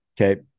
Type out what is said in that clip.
Okay